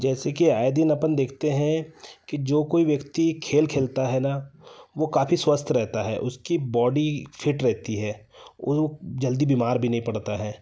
जैसे कि आए दिन अपन देखते हैं कि जो कोई व्यक्ति खेल खेलता है न वह काफी स्वस्थ रहता है उसकी बॉडी फिट रहती है वह जल्दी बीमार भी नहीं पड़ता है